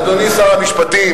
אדוני שר המשפטים,